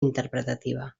interpretativa